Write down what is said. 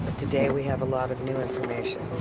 today, we have a lot of new information.